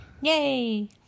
Yay